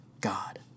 God